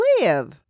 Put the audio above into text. live